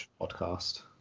podcast